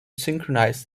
synchronize